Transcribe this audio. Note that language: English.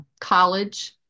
college